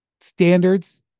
standards